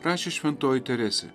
rašė šventoji teresė